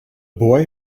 boy